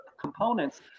components